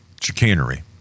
chicanery